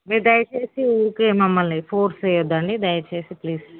మీరు దయచేసి ఊకే మమ్మల్ని ఫోర్స్ చేయొద్దండి దయచేసి ప్లీజ్